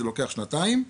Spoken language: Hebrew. זה לוקח שנתיים.